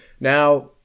Now